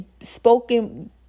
spoken